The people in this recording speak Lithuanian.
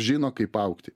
žino kaip augti